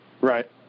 right